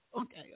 Okay